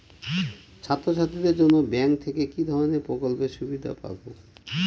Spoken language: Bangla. ছাত্রছাত্রীদের জন্য ব্যাঙ্ক থেকে কি ধরণের প্রকল্পের সুবিধে পাবো?